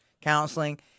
counseling